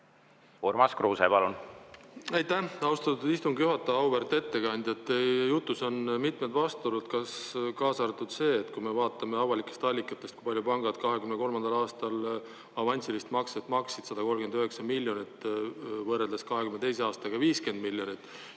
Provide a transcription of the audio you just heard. Urmas Kruuse, palun! Aitäh, austatud istungi juhataja! Auväärt ettekandja! Teie jutus on mitmed vastuolud, kaasa arvatud see, et kui me vaatame avalikest allikatest, kui palju pangad 23. aastal avansilist makset maksid, 139 miljonit, võrreldes 22. aastaga, 50 miljonit,